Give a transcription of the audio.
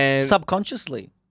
Subconsciously